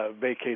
vacate